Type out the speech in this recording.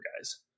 guys